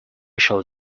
shall